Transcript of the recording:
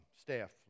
staff